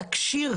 --- תקשי"ר